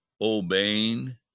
obeying